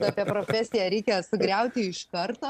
apie profesiją reikia sugriauti iš karto